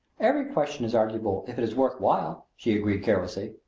every question is arguable if it is worth while, she agreed carelessly.